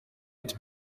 ati